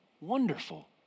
wonderful